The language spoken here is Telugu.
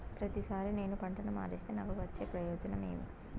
ప్రతిసారి నేను పంటను మారిస్తే నాకు వచ్చే ప్రయోజనం ఏమి?